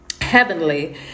heavenly